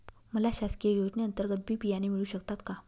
मला शासकीय योजने अंतर्गत बी बियाणे मिळू शकतात का?